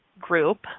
group